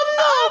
no